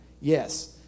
yes